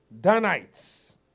Danites